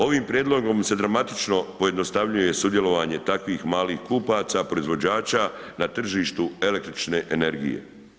Ovim prijedlogom se dramatično pojednostavljuje sudjelovanje takvih malih kupaca, proizvođača, na tržištu električne energije.